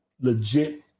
legit